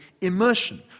immersion